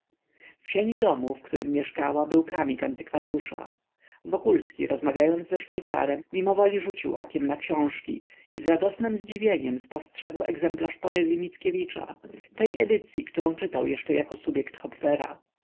w sieni domu w którym mieszkała był kramik antykwaryusza wokulski rozmawiając ze szwajcarem mimowoli rzucił okiem na książki i z radosnem zdziwieniem spostrzegł egzemplarz poezyi mickiewicza tej edycyi którą czytał jeszcze jako subjekt hopfera